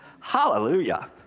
Hallelujah